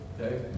okay